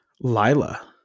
Lila